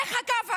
איך הקו הזה?